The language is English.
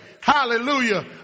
Hallelujah